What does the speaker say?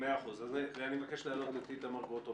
ואני מבקש להעלות את איתמר גרוטו.